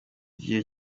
gihe